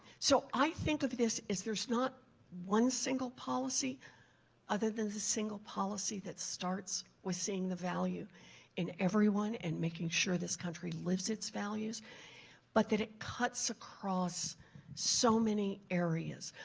so i think of this as there's not one single policy other than the single policy that starts with seeing the value in everyone and making sure this country lives its values but that it cuts across so many areas.